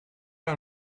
are